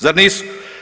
Zar nisu?